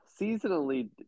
seasonally